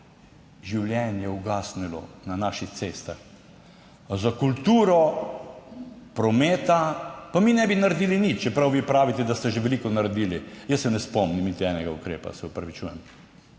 življenj je ugasnilo na naših cestah. Za kulturo prometa pa mi ne bi naredili nič. Čeprav vi pravite, da ste že veliko naredili. Jaz se ne spomnim niti enega ukrepa, se opravičujem.